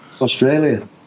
Australia